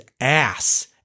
ass